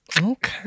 Okay